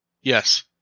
Yes